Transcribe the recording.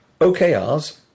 OKRs